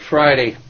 Friday